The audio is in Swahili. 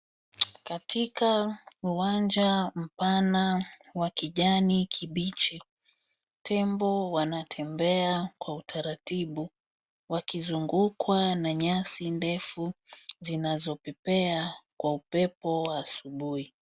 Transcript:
Katika uwanja mpana wa kijani kibichi. Tembo wanatembea kwa utaratibu. Wakizungukwa na nyasi ndefu zinazopepea kwa upepo wa asubuhi.